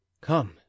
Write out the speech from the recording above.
Come